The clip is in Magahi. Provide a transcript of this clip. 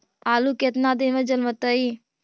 आलू केतना दिन में जलमतइ?